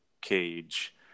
cage